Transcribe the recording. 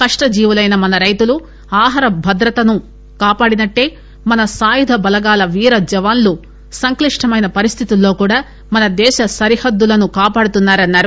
కష్ట జీవులైన మన రైతులు ఆహార భద్రతను కాపాడినట్లే మన సాయుధ దళాల వీర జవాన్లు సంక్లిష్టమైన పరిస్టితుల్లో కూడా మన దేశ సరిహద్దులను కాపాడుతున్నారన్నారు